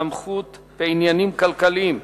(סמכות בעניינים כלכליים),